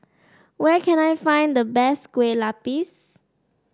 where can I find the best Kueh Lupis